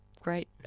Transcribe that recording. great